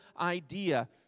idea